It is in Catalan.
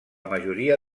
majoria